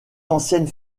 anciennes